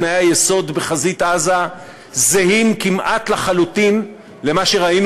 תנאי היסוד בחזית עזה זהים כמעט לחלוטין למה שראינו